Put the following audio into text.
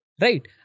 right